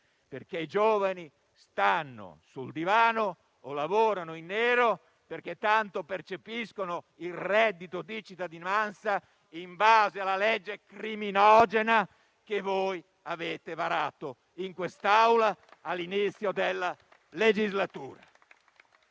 perché i giovani stanno sul divano o lavorano in nero, perché tanti percepiscono il reddito di cittadinanza, in base alla legge criminogena che avete varato in quest'Aula all'inizio della legislatura.